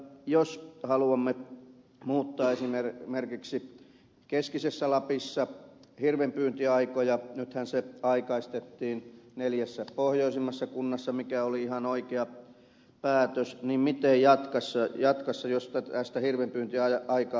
jos haluamme muuttaa esimerkiksi keskisessä lapissa hirvenpyyntiaikoja nythän se aikaistettiin neljässä pohjoisimmassa kunnassa mikä oli ihan oikea päätös niin miten jatkossa jos pakkasta hyvin ja jää aikaa